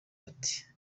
ati